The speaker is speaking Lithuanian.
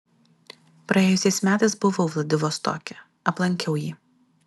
praėjusiais metais buvau vladivostoke aplankiau jį